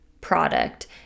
product